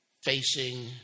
facing